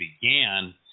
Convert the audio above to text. began